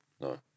No